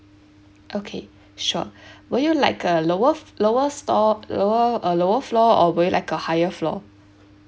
okay sure would you like a lower lower store lower uh lower floor or would you like a higher floor